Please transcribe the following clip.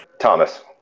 Thomas